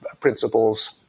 principles